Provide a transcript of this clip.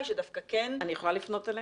שדווקא כן --- אני יכולה לפנות אליהם.